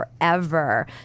forever